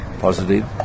positive